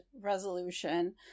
resolution